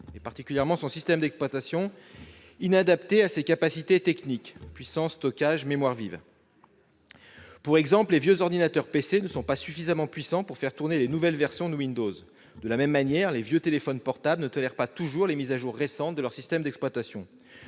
particulièrement du système d'exploitation, inadaptée à ses capacités techniques-puissance, stockage, mémoire vive. Par exemple, les vieux ordinateurs ne sont pas suffisamment puissants pour faire tourner les nouvelles versions de Windows. De la même manière, les vieux téléphones portables ne tolèrent pas toujours les mises à jour récentes de leur système d'exploitation.